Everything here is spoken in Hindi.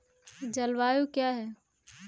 जलवायु क्या है?